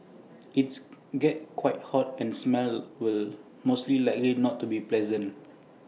IT gets quite hot and the smell will most likely not be pleasant